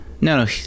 no